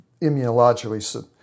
immunologically